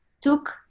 took